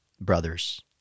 brothers